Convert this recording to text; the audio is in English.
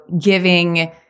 giving